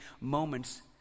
moments